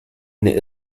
and